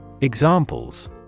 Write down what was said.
Examples